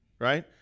right